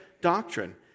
doctrine